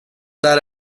där